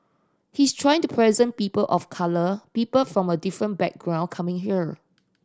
he's trying to present people of colour people from a different background coming here